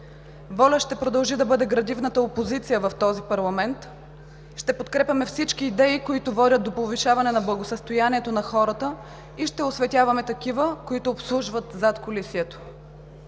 ВОЛЯ ще продължи да бъде градивната опозиция в този парламент, ще подкрепяме всички идеи, които водят до повишаване на благосъстоянието на хората, и ще осветяваме такива, които обслужват задкулисието.